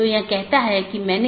यह महत्वपूर्ण है